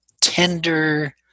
tender